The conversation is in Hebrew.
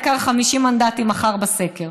העיקר 50 מנדטים מחר בסקר.